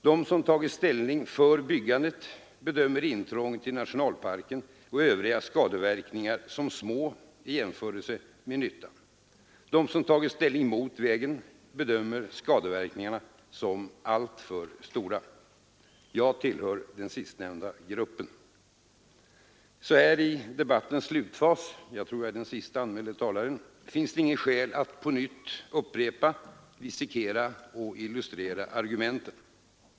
De som tagit ställning för byggandet bedömer intrånget i nationalparken och övriga skadeverkningar som små i jämförelse med nyttan. De som tagit ställning mot vägen bedömer skadeverkningarna såsom alltför stora. Jag tillhör den sistnämnda gruppen. Så här i debattens slutfas — jag tror att jag är den siste anmälde talaren — finns det inget skäl att på nytt upprepa, dissekera och illustrera argumenten.